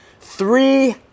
three